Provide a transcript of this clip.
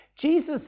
Jesus